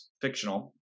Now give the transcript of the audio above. fictional